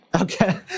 Okay